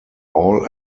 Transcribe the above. all